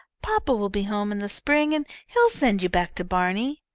papa will be home in the spring and he'll send you back to barney.